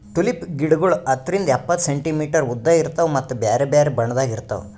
tulip ಗಿಡಗೊಳ್ ಹತ್ತರಿಂದ್ ಎಪ್ಪತ್ತು ಸೆಂಟಿಮೀಟರ್ ಉದ್ದ ಇರ್ತಾವ್ ಮತ್ತ ಬ್ಯಾರೆ ಬ್ಯಾರೆ ಬಣ್ಣದಾಗ್ ಇರ್ತಾವ್